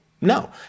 no